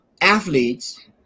athletes